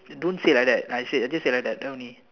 don't say like that I said just said like that only